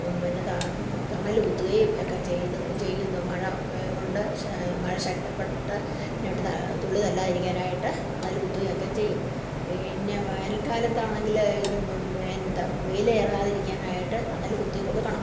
പിന്നെ ത തണൽ കുത്തുകയും ഒക്കെ ചെയ്ത് ചെയ്യുന്നു മഴ ഉണ്ട് ശ മഴ ശക്തപ്പെട്ട് ഇതിനേട്ട് തുള്ളി തല്ലാതിരിക്കാനായിട്ട് തണൽ കുത്തുകയൊക്കെ ചെയ്യും പിന്നെ വേനൽക്കാലത്താണെങ്കിൽ ഇതിന് എന്താ വെയിലേറാതിരിക്കാനായിട്ട് തണൽ കുത്തിക്കൊടുക്കണം